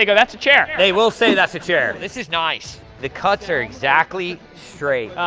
you know that's a chair. they will say that's a chair. this is nice. the cuts are exactly straight.